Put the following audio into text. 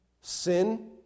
Sin